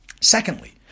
Secondly